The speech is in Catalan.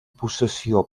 possessió